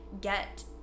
get